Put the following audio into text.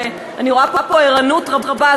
אני רואה פה ערנות רבה,